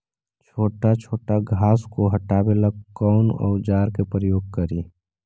छोटा छोटा घास को हटाबे ला कौन औजार के प्रयोग करि?